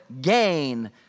gain